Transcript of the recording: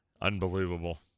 Unbelievable